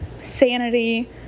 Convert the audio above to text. sanity